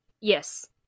Yes